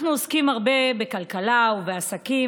אנחנו עוסקים הרבה בכלכלה ובעסקים,